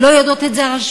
לא יודעות את זה הרשויות,